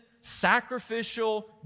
sacrificial